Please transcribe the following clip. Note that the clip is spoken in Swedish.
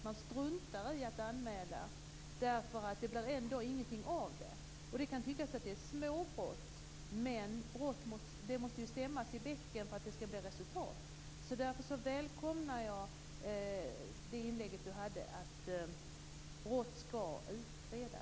Man struntar i att göra anmälningar, därför att det ändå inte leder till någonting. Det kan tyckas vara småbrott, men det måste ju stämmas i bäcken för att det skall bli resultat. Därför välkomnar jag Margareta Sandgrens inlägg om att brott skall utredas.